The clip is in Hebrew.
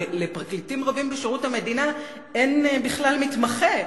לפרקליטים רבים בשירות המדינה אין בכלל מתמחה.